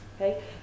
okay